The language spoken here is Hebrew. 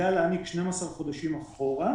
יודע להעניק 12 חודשים אחורה.